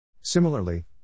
Similarly